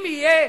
אם יהיה